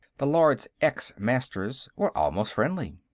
the lords-ex-masters were almost friendly.